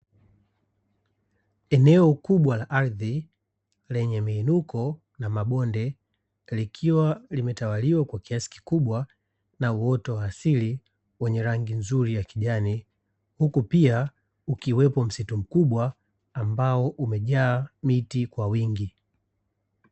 Eneo kubwa la ardhi lenye miinuko na mabonde, likiwa limetawaliwa kwa kiasi kikubwa na uoto wa asili; wenye rangi nzuri ya kijani huku pia ukiwepo msitu mkubwa ambao, umejaa miti kwa wingi.